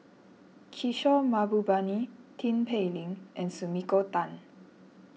Kishore Mahbubani Tin Pei Ling and Sumiko Tan